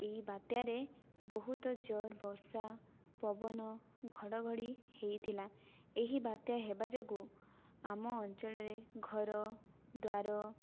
ଏହି ବାତ୍ୟାରେ ବହୁତ ଜୋର୍ ବର୍ଷା ପବନ ଘଡ଼ଘଡ଼ି ହୋଇଥିଲା ଏହି ବାତ୍ୟା ହେବା ଯୋଗୁଁ ଆମ ଅଞ୍ଚଳରେ ଘର ଦ୍ୱାର